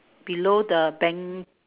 below the bank